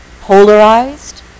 polarized